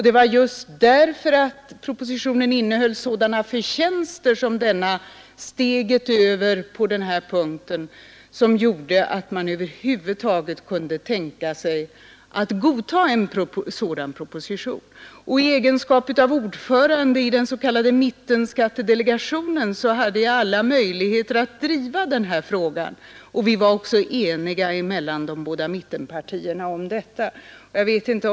Det var just därför att propositionen bl.a. innebar en sådan förtjänst som ett steg över mot individuell beskattning som gjorde att man över huvud taget kunde tänka godta den propositionen. I egenskap av ordförande i den s.k. mittenskattedelegationen hade jag alla möjligheter att driva den frågan. De båda mittenpartierna blev också eniga på den punkten.